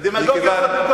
דמגוגיה,